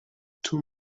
too